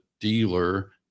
dealer